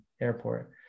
airport